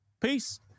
peace